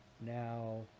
now